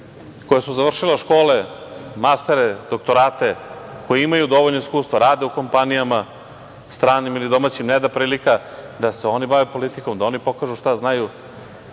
koja su završili škole, mastere, doktorate, koji imaju dovoljno iskustva, rade u kompanijama, stranim ili domaćim, ne da prilika da se oni bave politikom, da oni pokažu šta znaju,